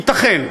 ייתכן,